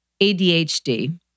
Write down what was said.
ADHD